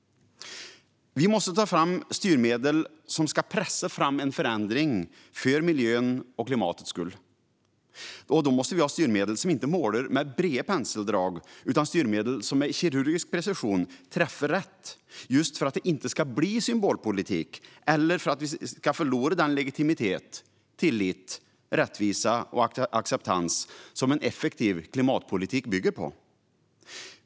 Vi måste ta fram styrmedel som ska pressa fram en förändring för miljöns och klimatets skull. Då måste vi ha styrmedel som inte målar med breda penseldrag utan styrmedel som med kirurgisk precision träffar rätt, just för att det inte ska bli symbolpolitik eller för att vi inte ska förlora den legitimitet, tillit, rättvisa och acceptans som en effektiv klimatpolitik bygger på.